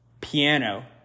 piano